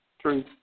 True